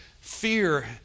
fear